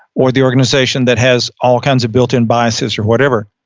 or the organization that has all kinds of built in biases or whatever,